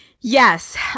Yes